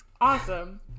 Awesome